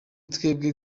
twebwe